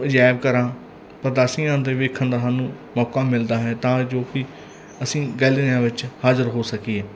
ਅਜਾਇਬ ਘਰਾਂ ਪ੍ਰਦਸ਼ਨੀਆਂ ਦੇ ਵੇਖਣ ਦਾ ਸਾਨੂੰ ਮੌਕਾ ਮਿਲਦਾ ਹੈ ਤਾਂ ਜੋ ਕਿ ਅਸੀਂ ਗੈਲਰੀਆਂ ਵਿੱਚ ਹਾਜ਼ਰ ਹੋ ਸਕੀਏ